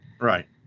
Right